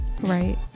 Right